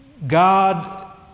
God